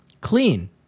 Clean